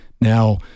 Now